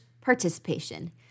participation